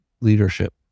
leadership